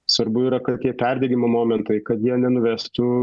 svarbu yra kad tie perdegimo momentai kad jie nenuvestų